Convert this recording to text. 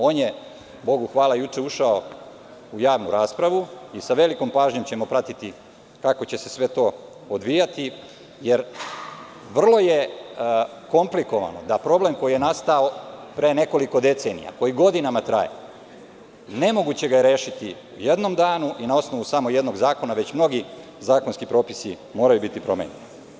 On je, Bogu hvala, juče ušao u javnu raspravu i sa velikom pažnjom ćemo pratiti kako će se sve to odvijati, jer vrlo je komplikovano da problem koji je nastao pre nekoliko decenija, koji je godinama trajao, nemoguće ga je rešiti u jednom danu i na osnovu samo jednog zakona, već mnogi zakonski propisi moraju biti promenjeni.